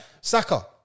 Saka